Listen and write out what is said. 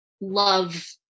love